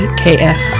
ks